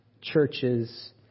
churches